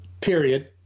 period